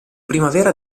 primavera